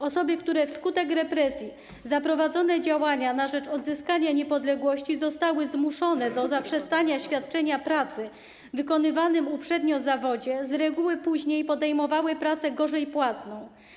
Osoby, które wskutek represji za prowadzone działania na rzecz odzyskania niepodległości zostały zmuszone do zaprzestania świadczenia pracy w wykonywanym uprzednio zawodzie, z reguły później podejmowały pracę gorzej płatną.